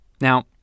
Now